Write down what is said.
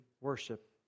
worship